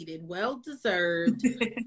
well-deserved